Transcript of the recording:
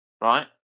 Right